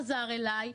חזר אלי,